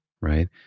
right